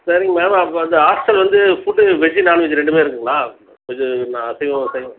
சரிங்க மேம் அப்புறம் வந்து இந்த ஹாஸ்டல் வந்து ஃபுட்டு வெஜ்ஜி நான் வெஜ்ஜி ரெண்டுமே இருக்குதுங்களா கொஞ்சம் நாங்க அசைவம் சைவம்